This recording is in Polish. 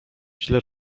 źle